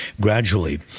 gradually